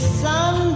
sun